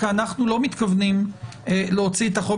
כי אנחנו לא מתכוונים להוציא את החוק